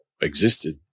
existed